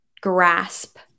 grasp